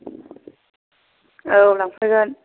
औ लांफैगोन